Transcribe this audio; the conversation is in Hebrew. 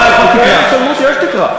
בקרן השתלמות יש תקרה.